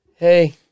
Hey